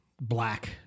black